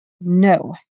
No